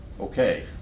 Okay